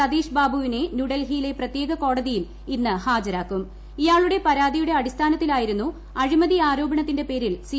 സതീഷ് ബാബുവിന്റെ ന്യൂഡൽഹിയിലെ പ്രത്യേക കോടതിയിൽ ഇന്ന് ഹാജരാക്കിൽ ഇയാളുടെ പരാതിയുടെ അടിസ്ഥാനത്തിലായിരുന്നു ൃഅ്ഴിമത്തി ആരോപണത്തിന്റെ പേരിൽ സി